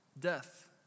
Death